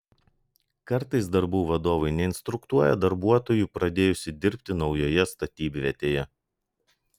kartais darbų vadovai neinstruktuoja darbuotojų pradėjusių dirbti naujoje statybvietėje